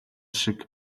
шиг